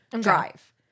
drive